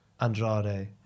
Andrade